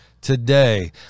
today